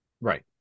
Right